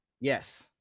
Yes